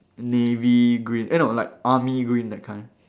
navy green eh no like army green that kind